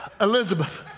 Elizabeth